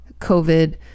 COVID